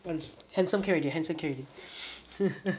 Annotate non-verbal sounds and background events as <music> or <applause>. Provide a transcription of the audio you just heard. han~ handsome can already handsome can already <noise> <laughs>